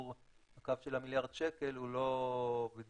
הקו של המיליארד שקל הוא לא בדיוק